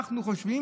אנחנו חושבים